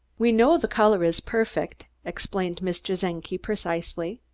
we know the color is perfect, explained mr. czenki precisely.